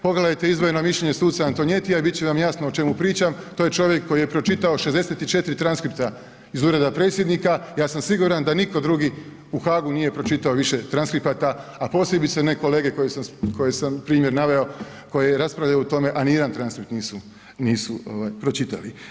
Pogledajte izdvojeno mišljenje suca Antonettija i bit će vam jasno o čemu pričam to je čovjek koji je pročitao 64 transkripta iz Ureda predsjednika, ja sam siguran da nitko drugi u Hagu nije pročitao više transkripata, a posebice ne kolege koje sam primjer naveo koje raspravljaju o tome, a ni jedan transkript nisu, nisu ovaj pročitali.